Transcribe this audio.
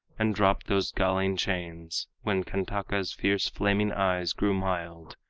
and dropped those galling chains, when kantaka's fierce flaming eyes grew mild,